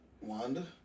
Wanda